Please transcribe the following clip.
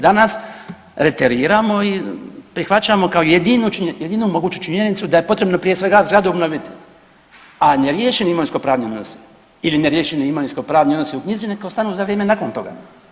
Danas reteriramo i prihvaćamo kao jedinu moguću činjenicu da je potrebno prije svega zgradu obnoviti, a neriješeni imovinsko-pravni odnosi ili neriješeni imovinsko-pravni odnosi u knjizi neka ostanu za vrijeme nakon toga.